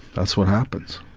that's what happens.